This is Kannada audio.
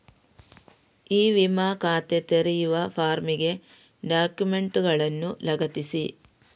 ಇ ವಿಮಾ ಖಾತೆ ತೆರೆಯುವ ಫಾರ್ಮಿಗೆ ಡಾಕ್ಯುಮೆಂಟುಗಳನ್ನು ಲಗತ್ತಿಸಿ